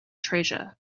treasure